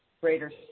greater